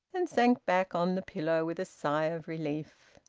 and sank back on the pillow with a sigh of relief.